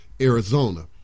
Arizona